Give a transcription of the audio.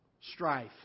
strife